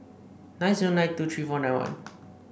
nine zero nine two three four nine one